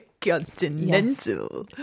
continental